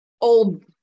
old